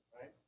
Right